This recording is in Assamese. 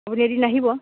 আপুনি এদিন আহিব